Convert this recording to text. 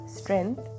strength